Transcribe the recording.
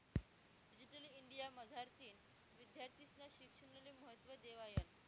digital India मझारतीन विद्यार्थीस्ना शिक्षणले महत्त्व देवायनं